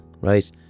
right